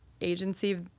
agency